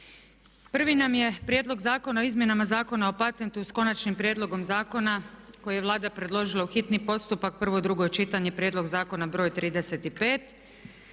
Prvi nam je prijedlog Zakona o izmjenama Zakona o patentu s konačnim prijedlogom zakona koji je Vlada predložila u hitni postupak, prvo i drugo čitanje, prijedlog zakona broj 35.